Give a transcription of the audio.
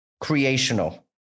creational